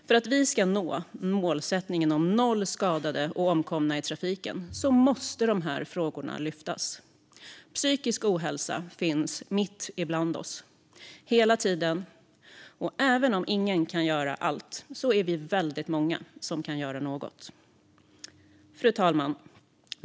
För att vi ska nå målsättningen om noll skadade och omkomna i trafiken måste dessa frågor lyftas fram. Psykisk ohälsa finns mitt ibland oss, hela tiden. Även om ingen kan göra allt är vi väldigt många som kan göra något. Fru talman!